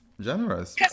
Generous